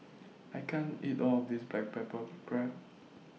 I can't eat All of This Black Pepper Crab